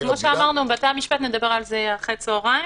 כמו שאמרנו, על בתי המשפט נדבר אחר הצהריים,